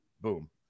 boom